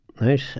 right